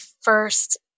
first